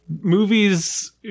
movies